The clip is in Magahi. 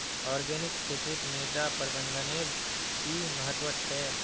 ऑर्गेनिक खेतीत मृदा प्रबंधनेर कि महत्व छे